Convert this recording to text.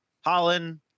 holland